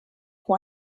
why